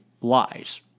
lies